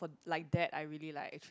like that I really like